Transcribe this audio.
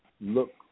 look